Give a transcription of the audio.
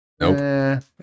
Nope